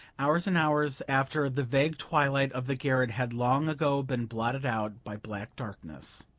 hours and hours after the vague twilight of the garret had long ago been blotted out by black darkness.